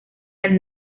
del